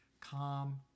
Calm